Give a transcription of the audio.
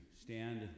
stand